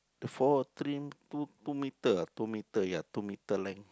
the three~ two two metre ah two metre ya two metre length